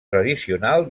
tradicional